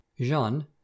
Jean